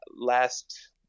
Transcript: Last